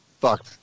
fuck